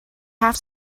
have